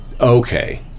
Okay